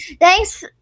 thanks